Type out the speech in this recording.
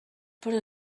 però